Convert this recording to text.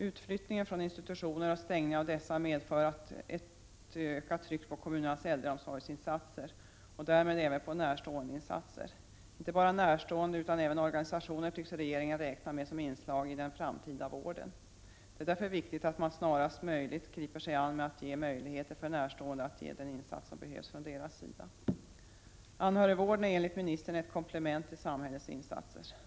Utflyttningen från institutioner och stängning av dessa medför ett ökat tryck på kommunernas äldreomsorgsinsatser och därmed även på närståendeinsatser. Inte bara närstående utan även organisationer tycks regeringen räkna med som inslag i den framtida vården. Det är därför viktigt att man snarast möjligt griper sig an med att ge möjligheter för närstående att ge den insats som behövs från deras sida. Anhörigvården är enligt ministern ett komplement till samhällets insatser.